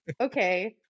Okay